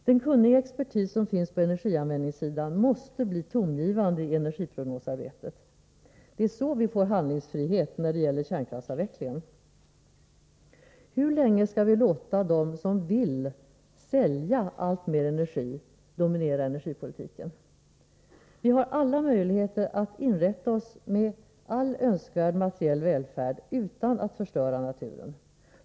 Den kunniga expertis som finns på energianvändningssidan måste bli tongivande i energiprognosarbetet. Det är så vi får handlingsfrihet när det gäller kärnkraftsavvecklingen. Hur länge skall vi låta dem dominera energipolitiken som vill sälja alltmer energi? Vi har alla möjligheter att inrätta oss med all önskvärd materiell välfärd utan att förstöra naturen.